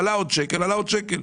עלה עוד שקל עלה עוד שקל.